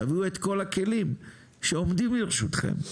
תביאו את כל הכלים שעומדים לרשותכם,